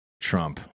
Trump